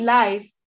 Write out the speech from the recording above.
life